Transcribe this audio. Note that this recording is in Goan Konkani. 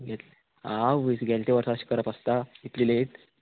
घेतली आवोयस गेल्या त्या वर्सा अशें करप आसता इतली लेट